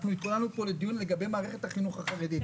התכוננו לדיון לגבי מערכת החינוך החרדית.